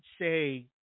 say